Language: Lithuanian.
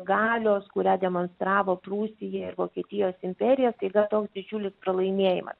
galios kurią demonstravo prūsija ir vokietijos imperija staiga toks didžiulis pralaimėjimas